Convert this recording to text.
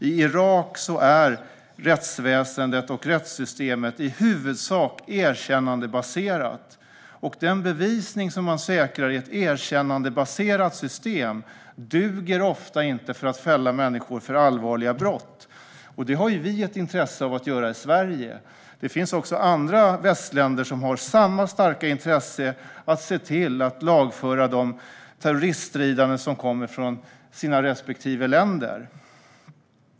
I Irak är rättsväsendet och rättssystemet i huvudsak erkännandebaserat. Den bevisning man säkrar i ett erkännandebaserat system duger ofta inte för att fälla människor för allvarliga brott. Det har vi ett intresse av att göra i Sverige, och det finns också andra västländer som har samma starka intresse av att se till att lagföra de terroriststridande som kommer från sina respektive länder.